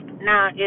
Now